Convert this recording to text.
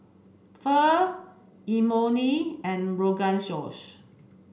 Pho Imoni and Rogan Josh